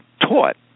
taught